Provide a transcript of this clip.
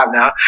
now